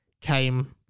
came